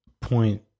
point